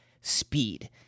speed